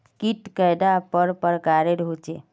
कीट कैडा पर प्रकारेर होचे?